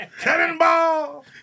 Cannonball